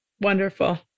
Wonderful